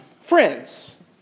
friends